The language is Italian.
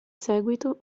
seguito